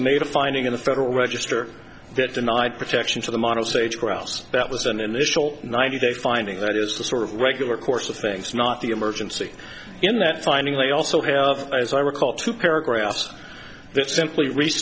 made a finding in a federal register that denied protection for the model sage grouse that was an initial ninety day finding that is the sort of regular course of things not the emergency in that finding they also have as i recall two paragraphs that simply re